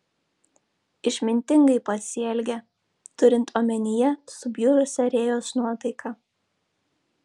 išmintingai pasielgė turint omenyje subjurusią rėjos nuotaiką